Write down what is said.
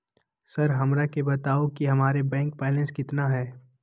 Sir हमरा के बताओ कि हमारे बैंक बैलेंस कितना है?